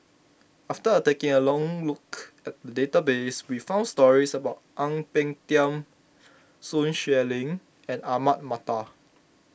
after taking a look at the database we found stories about Ang Peng Tiam Sun Xueling and Ahmad Mattar